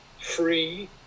free